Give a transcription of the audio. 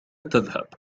تذهب